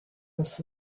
miss